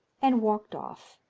and walked off,